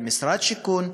עם משרד השיכון,